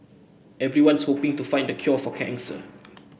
everyone's hoping to find the cure for cancer